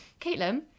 Caitlin